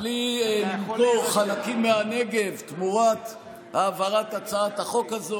ובלי למכור חלקים מהנגב תמורת העברת הצעת החוק הזו,